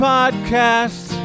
Podcast